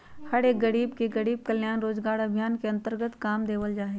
हर एक गरीब के गरीब कल्याण रोजगार अभियान के अन्तर्गत काम देवल जा हई